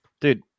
Dude